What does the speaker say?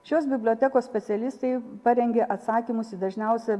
šios bibliotekos specialistai parengė atsakymus į dažniausia